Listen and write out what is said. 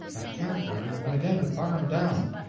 at canterbury, and again at barham down.